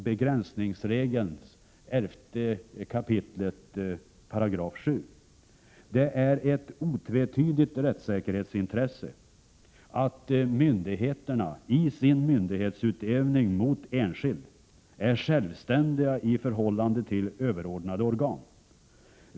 begränsningsregeln 11 kap. 7 § RF. Det är ett otvetydigt rättssäkerhetsintresse att myndigheterna i sin myndighetsutövning mot enskild är självständiga i förhållande till överordnade organ.